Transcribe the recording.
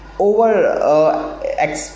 over